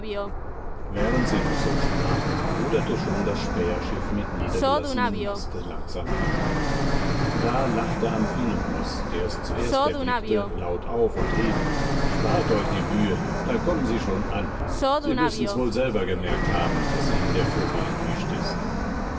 während sie noch so sprachen ruderte schon das späherschiff mit niedergelassenem maste langsam heran da lachte amphinomos der es zuerst erblickte laut auf und rief spart euch die mühe da kommen sie schon an sie müssen's wohl selber gemerkt haben daß ihnen der vogel entwischt ist